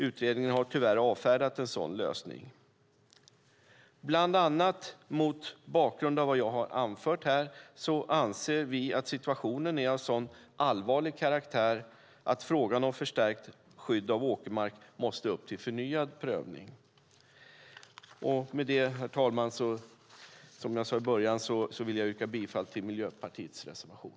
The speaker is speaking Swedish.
Utredningen har tyvärr avfärdat en sådan lösning. Bland annat mot bakgrund av vad jag har anfört anser vi att situationen är av sådan allvarlig karaktär att frågan om förstärkt skydd av åkermark måste upp till förnyad prövning. Med detta, herr talman, vill jag yrka bifall till Miljöpartiets reservation.